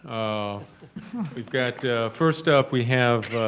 ah we've got first up we have